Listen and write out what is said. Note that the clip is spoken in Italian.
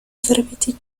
serviti